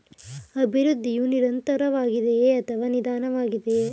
ಅಭಿವೃದ್ಧಿಯು ನಿರಂತರವಾಗಿದೆಯೇ ಅಥವಾ ನಿಧಾನವಾಗಿದೆಯೇ?